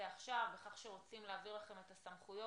עכשיו בכך שרוצים להעביר לכם את הסמכויות.